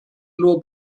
nur